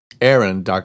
Aaron